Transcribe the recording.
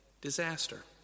Disaster